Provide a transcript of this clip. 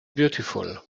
beautiful